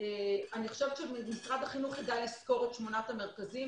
אני חושבת שמשרד החינוך יידע לסקור את שמונת המרכזים.